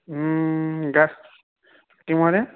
किं महोदय